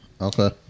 Okay